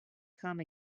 come